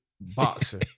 boxer